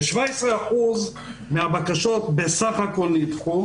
בסך הכל 17% מהבקשות בסך נדחו.